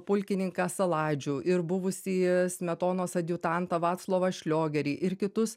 pulkininką saladžių ir buvusį smetonos adjutantą vaclovą šliogerį ir kitus